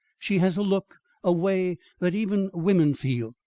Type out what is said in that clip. she has a look a way, that even women feel.